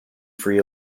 free